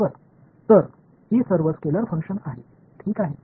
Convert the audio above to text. तर ही सर्व स्केलेर फंक्शन्स आहेत ठीक आहे